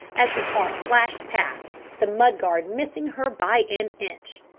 as the car flashed past, the mud-guard missing her by an inch.